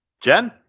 Jen